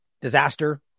disaster